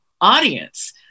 audience